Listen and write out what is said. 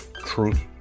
truth